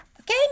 Okay